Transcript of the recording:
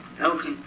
Okay